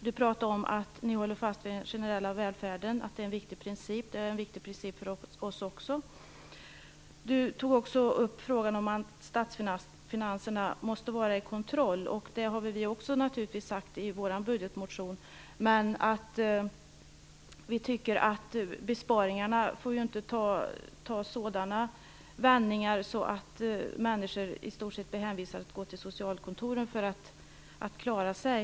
Börje Nilsson sade att man håller fast vid den generella välfärden och att det är en viktig princip. Det är en viktig princip för oss också. Börje Nilsson sade också att statsfinanserna måste vara under kontroll. Det har vi naturligtvis sagt i vår budgetmotion också. Men vi tycker att besparingarna inte får ta sådana vändningar att människor blir hänvisade till socialkontoren för att klara sig.